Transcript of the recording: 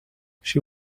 she